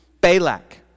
Balak